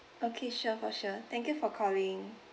okay sure for sure thank you for calling